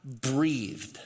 breathed